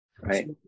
right